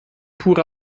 pure